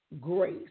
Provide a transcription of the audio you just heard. grace